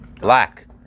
Black